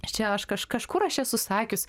čia aš kaž kažkur aš esu sakius